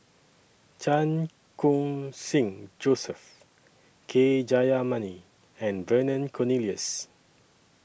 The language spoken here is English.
Chan Khun Sing Joseph K Jayamani and Vernon Cornelius